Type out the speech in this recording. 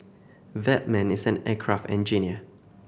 that man is an aircraft engineer